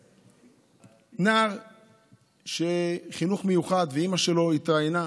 נער מהחינוך המיוחד, ואימא שלו התראיינה.